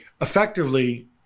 effectively